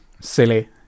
silly